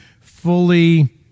fully